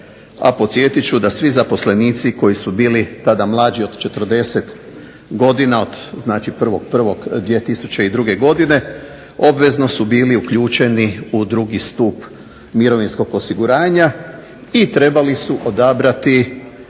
a podsjetiti ću da svi zaposlenici koji su bili tada mlađi od 40 godina, od znači 1. 1. 2002. Godine obvezno su bili uključeni u 2. Stup mirovinskog osiguranja i trebali su odabrati